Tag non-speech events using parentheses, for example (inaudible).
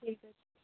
(unintelligible)